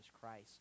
Christ